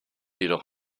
jedoch